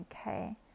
Okay